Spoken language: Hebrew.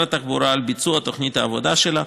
התחבורה על ביצוע תוכנית העבודה שלה,